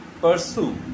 pursue